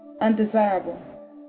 undesirable